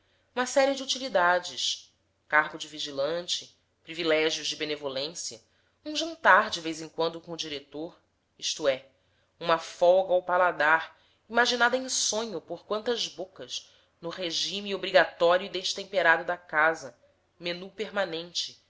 uma série de utilidade cargo de vigilante privilégios de benevolência um jantar de vez em quando com o diretor isto é uma folga ao paladar imaginada em sonho por quantas bocas no regime obrigatório e destemperado da casa menu permanente